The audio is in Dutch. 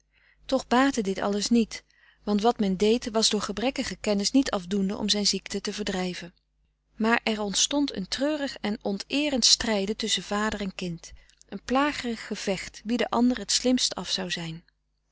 toch baatte dit alles niet want wat men deed was door gebrekkige kennis niet afdoende om zijn ziekte te verdrijven maar er ontstond een treurig en onteerend strijden tusschen vader en kind een plagerig gevecht wie den ander t slimst af zou zijn